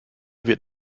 wird